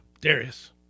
Darius